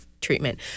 treatment